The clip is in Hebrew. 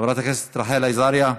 חברת הכנסת רחל עזריה,